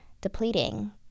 depleting